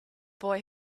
boy